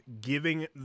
giving